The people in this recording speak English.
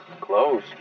Close